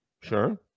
Sure